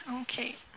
Okay